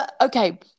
okay